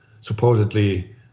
supposedly